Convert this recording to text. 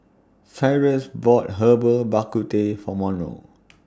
Cyrus bought Herbal Bak Ku Teh For Monroe